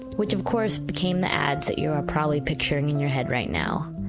which, of course, became the ads that you are probably picturing in your head right now.